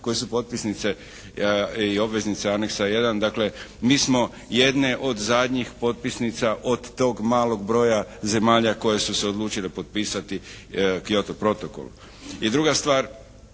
koje su potpisnice i obveznice Aneksa 1. Dakle, mi smo jedne od zadnjih potpisnica od tog malog broja zemalja koje su se odlučile potpisati Kyoto protokol. I druga stvar,